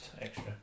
extra